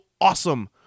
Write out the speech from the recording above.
awesome